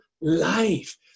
life